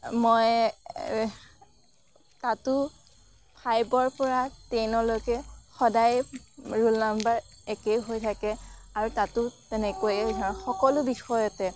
মই তাতো ফাইভৰ পৰা টেনলৈকে সদায় ৰোল নম্বৰ একেই হৈ থাকে আৰু তাতো তেনেকৈয়ে সকলো বিষয়তে